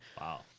Wow